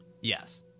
Yes